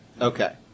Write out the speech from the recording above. Okay